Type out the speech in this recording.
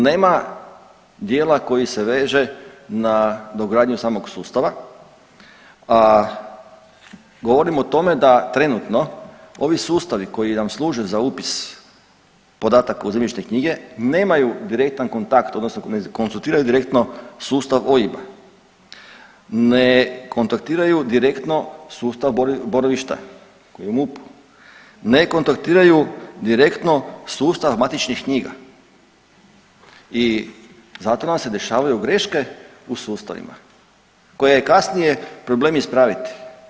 Nema dijela koji se veže na dogradnju samog sustava, a govorimo o tome da trenutno ovi sustavi koji nam služe za upis podataka u zemljišne knjige nemaju direktan kontakt odnosno … direktno sustav OIB-a, ne kontaktiraju direktno sustav boravišta u MUP-u, ne kontaktiraju direktno sustav matičnih knjiga i zato nam se dešavaju greške u sustavima koje je kasnije problem ispraviti.